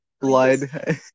blood